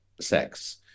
sex